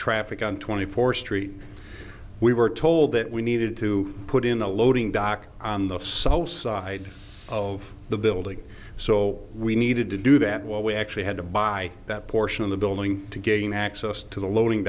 traffic on twenty four street we were told that we needed to put in a loading dock on the sole side of the building so we needed to do that while we actually had to buy that portion of the building to gain access to the loading